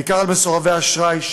בעיקר על מסורבי אשראי,